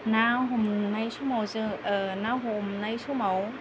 ना हमनाय समाव जों ना हमनाय समाव